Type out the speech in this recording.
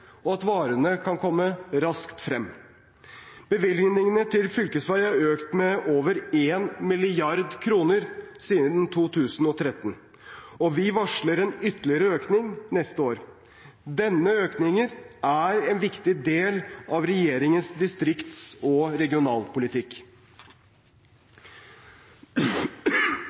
og at varene kan komme raskt frem. Bevilgningene til fylkesveier er økt med over 1 mrd. kr siden 2013, og vi varsler en ytterligere økning neste år. Denne økningen er en viktig del av regjeringens distrikts- og